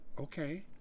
okay